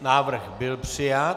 Návrh byl přijat.